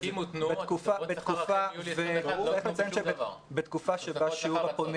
--- צריך לציין שבתקופה שבה שיעור הפונים